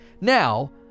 Now